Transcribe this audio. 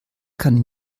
kann